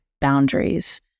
boundaries